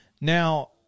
Now